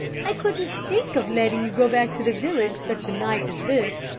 i couldn't think of letting you go back to the village such a night as this.